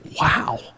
wow